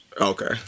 Okay